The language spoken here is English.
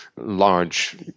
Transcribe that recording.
large